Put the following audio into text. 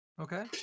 okay